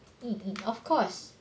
对对 of course